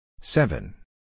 Seven